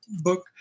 book